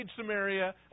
Samaria